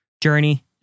journey